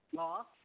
hello